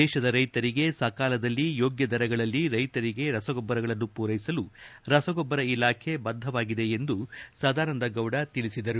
ದೇಶದ ರೈತರಿಗೆ ಸಕಾಲದಲ್ಲಿ ಯೋಗ್ಯ ದರಗಳಲ್ಲಿ ರ್ಟೆತರಿಗೆ ರಸಗೊಬ್ಬರಗಳನ್ನು ಪೂರೈಸಲು ರಸಗೊಬ್ಬರ ಇಲಾಖೆ ಬದ್ದವಾಗಿದೆ ಎಂದು ಸದಾನಂದ ಗೌಡ ತಿಳಿಸಿದರು